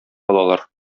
алалар